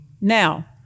Now